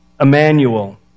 Emmanuel